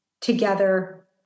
together